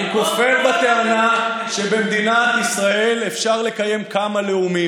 אני כופר בטענה שבמדינת ישראל אפשר לקיים כמה לאומים.